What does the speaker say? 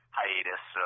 hiatus